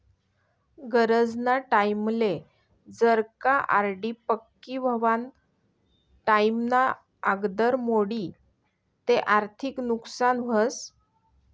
गरजना टाईमले जर का आर.डी पक्की व्हवाना टाईमना आगदर मोडी ते आर्थिक नुकसान व्हस